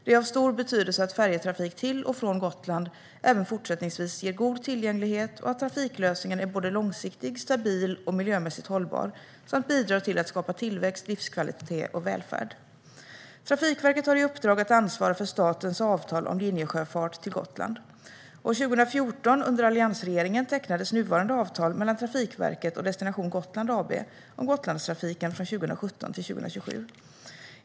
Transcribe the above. Det är av stor betydelse att färjetrafik till och från Gotland även fortsättningsvis ger god tillgänglighet samt att trafiklösningen både är långsiktig, stabil och miljömässigt hållbar och bidrar till att skapa tillväxt, livskvalitet och välfärd. Trafikverket har i uppdrag att ansvara för statens avtal om linjesjöfart till Gotland. År 2014, under alliansregeringen, tecknades nuvarande avtal mellan Trafikverket och Destination Gotland AB om Gotlandstrafiken från 2017 till 2027.